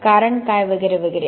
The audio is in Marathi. कारण काय वगैरे वगैरे